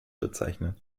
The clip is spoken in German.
bezeichnen